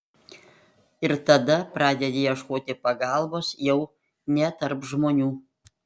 ir tada pradedi ieškoti pagalbos jau ne tarp žmonių